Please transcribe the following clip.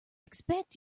expect